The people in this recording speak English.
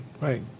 right